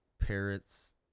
parrots